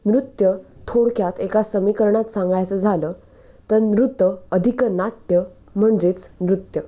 नृत्य थोडक्यात एका समीकरणात सांगायचं झालं तर नृत अधिक नाट्य म्हणजेच नृत्य